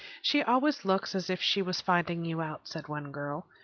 she always looks as if she was finding you out, said one girl,